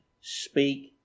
Speak